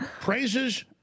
praises